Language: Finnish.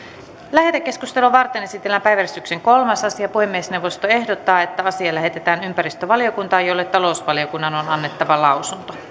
lähetekeskustelua varten esitellään päiväjärjestyksen kolmas asia puhemiesneuvosto ehdottaa että asia lähetetään ympäristövaliokuntaan jolle talousvaliokunnan on annettava lausunto